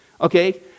Okay